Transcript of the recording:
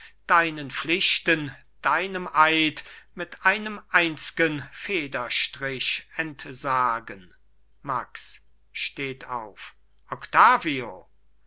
deinen pflichten deinem eid mit einem einzgen federstrich entsagen max steht auf octavio